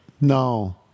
No